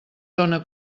dóna